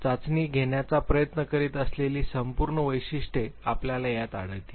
चाचणी घेण्याचा प्रयत्न करीत असलेली संपूर्ण वैशिष्ट्ये आपल्याला यात आढळतील